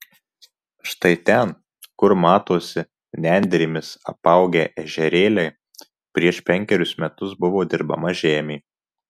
štai ten kur matosi nendrėmis apaugę ežerėliai prieš penkerius metus buvo dirbama žemė